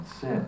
sit